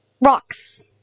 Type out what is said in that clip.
rocks